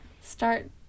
start